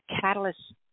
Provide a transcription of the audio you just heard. catalyst